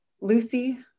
Lucy